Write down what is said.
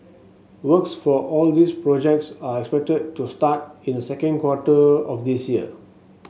works for all these projects are expected to start in the second quarter of this year